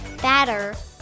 batter